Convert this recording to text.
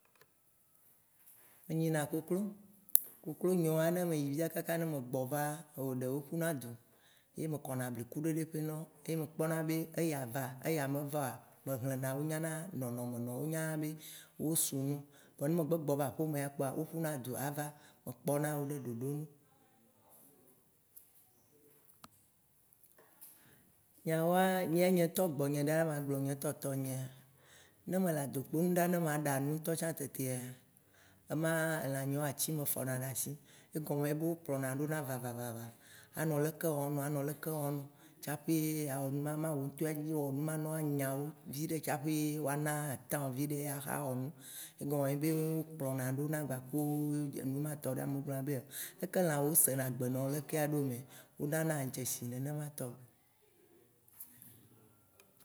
Me nyi na koklo, koklo nye woa, ne me yi via kaka ne megbɔ va, ɖe wo ƒu na du, ye me kɔna bliku ɖe ƒe ɖe nɔwo, ye me kpɔna be, eya va, eya meva oa, me xlena wo nyana nɔnɔme nɔwo, nyana be wo su num. Vɔa ne megbe gbɔ va aƒeme ya kpoa, wo ƒuna du ava, me kpɔna wo ɖe ɖoɖo nu.. Nyawoa nye ŋtɔ gbɔ nye ɖaaa ne magblɔ nye ŋtɔ tɔnyea, ne mele adokpo nu ɖaaa ne ma ɖanu ŋtɔ tsã tetea, ke ma elãnyewoa, atsi me fɔna ɖa asi. Egɔme ye be wo kplɔnam ɖona vavavava, anɔ leke wɔm nɔ, anɔ leke wɔm nɔ. Tsaƒe awɔ numa, kema wò ŋtɔe wɔ numa nɔwo, anya wo viɖe tsaƒe woana temps vi ya xa wɔnu. Egome ye nyi be wo kplɔ nam ɖo gbaku enumatɔ ɖe, amewo gblɔna be yɔ, leke elãwowo sena gbe nɔ leke mɛ? Wo nanam dzesi nenema tɔŋgbi.